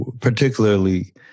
particularly